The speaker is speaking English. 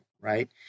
right